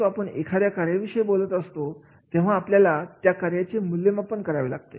परंतु आपण एखाद्या कार्याविषयी बोलत असतो तेव्हा आपल्याला त्या कार्याचे मूल्यमापन करावे लागते